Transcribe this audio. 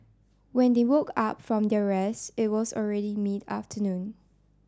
when they woke up from their rest it was already mid afternoon